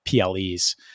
PLEs